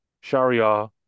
Sharia